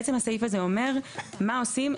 בעצם הסעיף הזה אומר מה עושים,